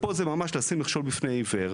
ופה זה ממש לשים מכשול בפני עיוור.